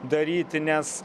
daryti nes